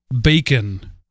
bacon